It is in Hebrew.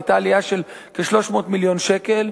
היתה עלייה של כ-300 מיליון שקלים,